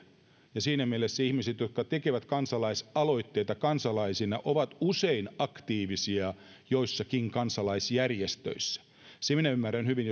ja siinä mielessä ihmiset jotka tekevät kansalaisaloitteita kansalaisina ovat usein aktiivisia joissakin kansalaisjärjestöissä sen minä ymmärrän hyvin